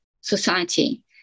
society